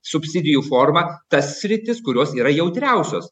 subsidijų forma tas sritis kurios yra jautriausios